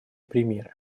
примеры